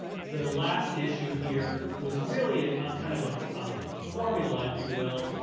the last issue here, was really a ah kind of of ah formula, if you will,